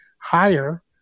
higher